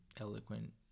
eloquent